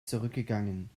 zurückgegangen